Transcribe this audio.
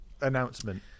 announcement